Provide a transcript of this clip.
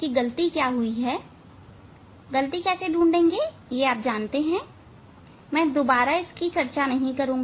गलती कैसे ढूंढ लेंगे आप जानते हैं मै पुनः इसकी चर्चा नहीं करूंगा